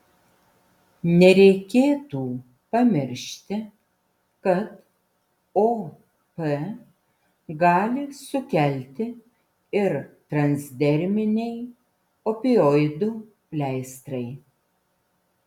nereikėtų pamiršti kad op gali sukelti ir transderminiai opioidų pleistrai